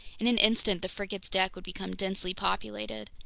in an instant the frigate's deck would become densely populated.